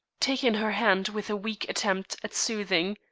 taking her hand with a weak attempt at soothing.